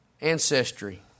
ancestry